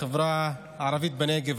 החברה הערבית בנגב,